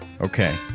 Okay